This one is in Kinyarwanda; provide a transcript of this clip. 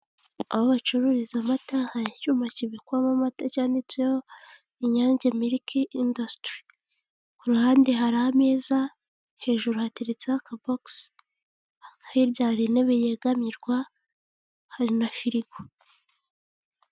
Aho bacururiza amata hari icyuma kibikwamo amata cyanditseho inyange miliki indasitiri, ku ruhande hari ameza hejuru hateretse airkabokisi, hirya hari intebe yegamirwa hari na firigo.